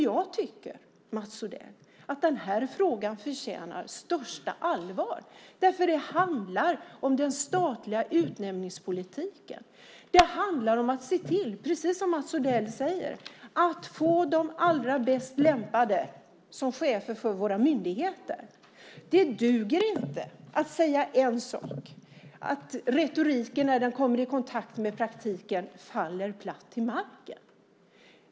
Jag tycker, Mats Odell, att den här frågan förtjänar det största allvar därför att det handlar om den statliga utnämningspolitiken, om att - precis som Mats Odell säger - se till att få de allra bäst lämpade som chefer för våra myndigheter. Det duger inte att säga en sak och att retoriken sedan när den kommer i kontakt med praktiken faller platt till marken.